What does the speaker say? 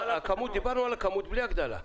דיברנו על הכמות בלי הגדלה.